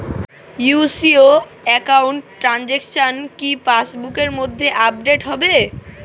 UCO account transaction কি pass বুকের মধ্যে আপডেট হবে?